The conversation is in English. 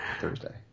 Thursday